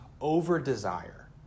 over-desire